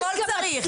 הכול צריך.